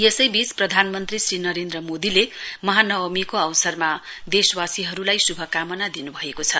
यसैवीच प्रधानमन्त्री श्री नरेन्द्र मोदीले महानवमीको अवसरमा देशवासीहरुलाई श्भभकामना दिनुभएको छ